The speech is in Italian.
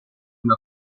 una